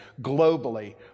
globally